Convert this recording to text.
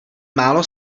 málo